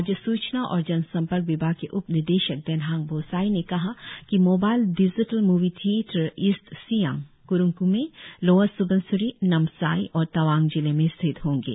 राज्य सूचना और जनसम्पर्क विभाग के उप निदेशक देनहांग बोसाई ने कहा कि mobile digital movie theatre East Siang Kurung Kumey Lower Subansiri Namsai और तवांग जिले में स्थित होंगे